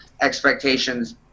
expectations